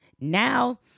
Now